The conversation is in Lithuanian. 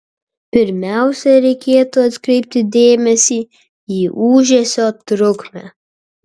pirmiausia reikėtų atkreipti dėmesį į ūžesio trukmę